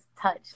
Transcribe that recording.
touch